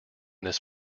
this